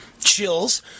chills